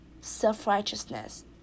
self-righteousness